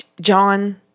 John